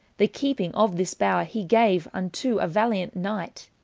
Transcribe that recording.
the keeping of this bower he gave unto a valiant knighte.